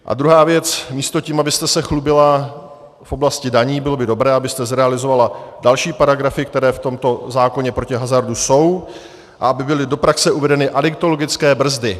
A druhá věc, místo tím, abyste se chlubila v oblasti daní, bylo by dobré, abyste zrealizovala další paragrafy, které v tomto zákoně proti hazardu jsou, a aby byly do praxe uvedeny adiktologické brzdy.